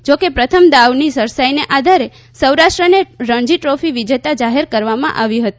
જોકે પ્રથમ દાવની સરસાઈનેઆધારે સૌરાષ્ટ્રને રણજી ટ્રોફી વિજેતા જાહેર કરવામાં આવી હતી